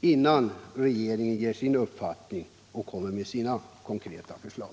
innan regeringen ger uttryck för sin uppfattning och lägger fram konkreta förslag.